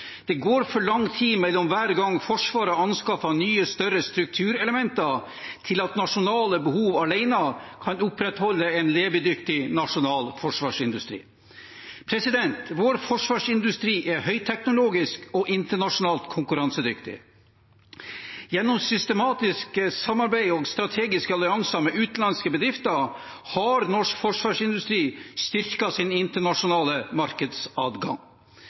Det går for lang tid mellom hver gang Forsvaret anskaffer nye, større strukturelementer til at nasjonale behov alene kan opprettholde en levedyktig nasjonal forsvarsindustri. Vår forsvarsindustri er høyteknologisk og internasjonalt konkurransedyktig. Gjennom systematisk samarbeid og strategiske allianser med utenlandske bedrifter har norsk forsvarsindustri styrket sin internasjonale markedsadgang.